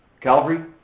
Calvary